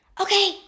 Okay